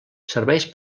serveix